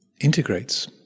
integrates